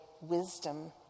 wisdom